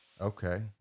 Okay